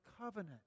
covenant